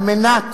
על מנת